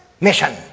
mission